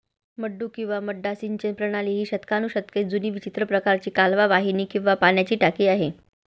मड्डू किंवा मड्डा सिंचन प्रणाली ही शतकानुशतके जुनी विचित्र प्रकारची कालवा वाहिनी किंवा पाण्याची टाकी आहे